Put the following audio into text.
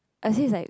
is like